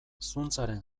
zuntzaren